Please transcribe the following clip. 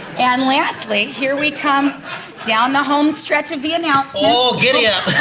and lastly, here we come down the home stretch of the announcements. oh giddyup!